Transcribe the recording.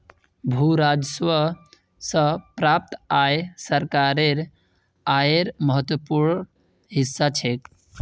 भू राजस्व स प्राप्त आय सरकारेर आयेर महत्वपूर्ण हिस्सा छेक